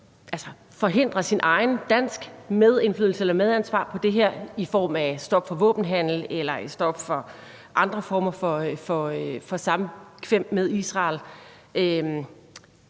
forhindre sin egen danske medindflydelse eller sit medansvar for det her i form af et stop for våbenhandel eller et stop for andre former for samkvem med Israel?